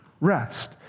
rest